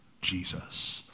Jesus